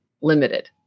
limited